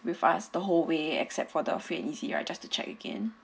with us the whole way except for the free and easy right just to check again